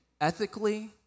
ethically